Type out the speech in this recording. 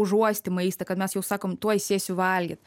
užuosti maistą kad mes jau sakom tuoj sėsiu valgyt